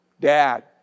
Dad